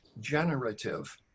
generative